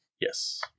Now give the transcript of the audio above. Yes